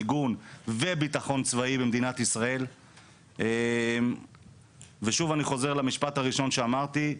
מיגון וביטחון צבאי במדינת ישראל ושוב אני חוזר למשפט הראשון שאמרתי,